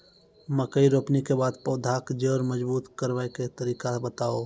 मकय रोपनी के बाद पौधाक जैर मजबूत करबा के तरीका बताऊ?